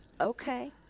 Okay